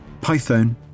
Python